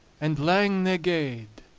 and lang they gaed,